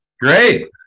Great